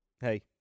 hey